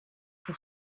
pour